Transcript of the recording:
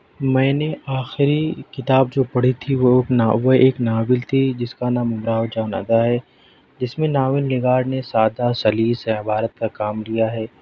میں نے آخری کتاب جو پڑھی تھی وہ ناوے وہ ایک ناول تھی جس کا نام امراؤ جان ادا ہے جس میں ناول نگار نے سادا سلیس عبارت پر کام کیا ہے